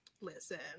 Listen